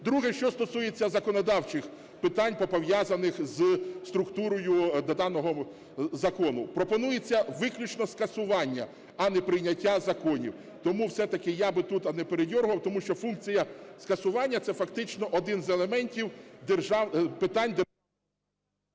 Друге, що стосується законодавчих питань, пов'язаних із структурою даного закону. Пропонується виключне скасування, а неприйняття законів. Тому все-таки я би тут не передьоргував, тому що функція скасування – це фактично один з елементів питань…